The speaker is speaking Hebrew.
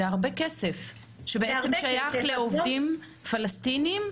זה הרבה כסף ששייך לעובדים פלסטינים.